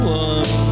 one